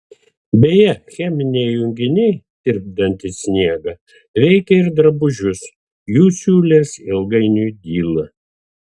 beje cheminiai junginiai tirpdantys sniegą veikia ir drabužius jų siūlės ilgainiui dyla